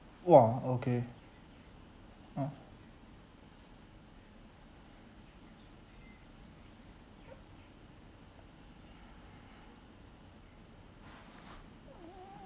!wah! okay ah uh uh